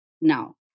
now